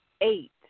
eight